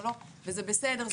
או לא צריך להישאר בבית וזה בסדר,